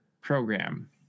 program